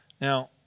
Now